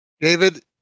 David